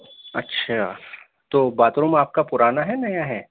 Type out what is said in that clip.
اچھا تو bathroom آپ کا پرانا ہے نیا ہے